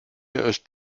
ist